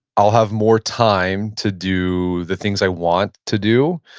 i'll have more time to do the things i want to do.